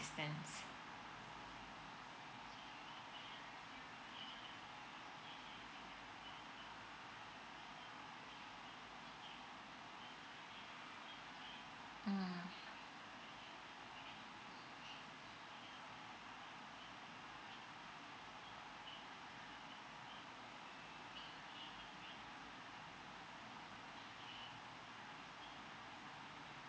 asistance mm